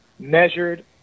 measured